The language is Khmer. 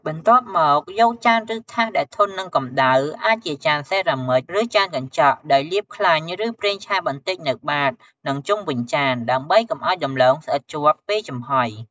បន្ទាប់មក យកចាន ឬថាសដែលធន់នឹងកម្ដៅ អាចជាចានសេរ៉ាមិច ឬចានកញ្ចក់ ដោយលាបខ្លាញ់ ឬប្រេងឆាបន្តិចនៅបាត និងជុំវិញចាន ដើម្បីកុំឱ្យដំឡូងស្អិតជាប់ ពេលចំហុយ។